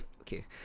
Okay